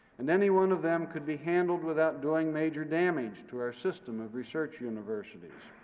and any one of them could be handled without doing major damage to our system of research universities.